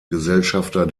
gesellschafter